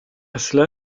cela